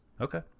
Okay